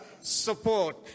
support